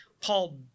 Paul